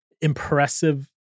impressive